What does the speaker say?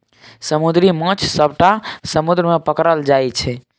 समुद्री माछ सबटा समुद्र मे पकरल जाइ छै